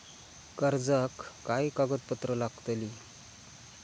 कर्जाक काय कागदपत्र लागतली?